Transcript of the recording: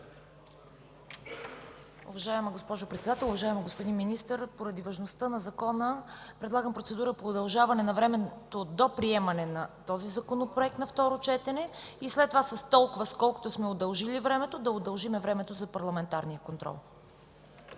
Уважаема госпожо Председател, уважаеми господин Министър, поради важността на закона предлагам процедура по удължаване на времето до приемане на този законопроект на второ четене. След това с толкова, с колкото сме удължили времето, да удължим времето за парламентарен контрол.